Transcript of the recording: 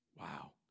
Wow